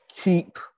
keep